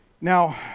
Now